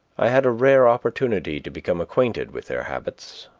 i had a rare opportunity to become acquainted with their habits.